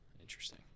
Interesting